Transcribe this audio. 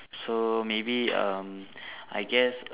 so maybe um I guess